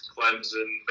Clemson